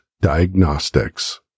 Diagnostics